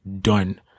Done